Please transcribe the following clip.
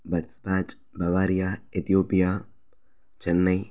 பட்ஸ்பேட்ச் Bavaria Ethiopia Chennai